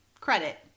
credit